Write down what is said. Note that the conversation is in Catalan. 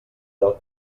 del